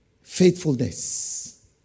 faithfulness